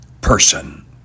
person